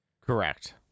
correct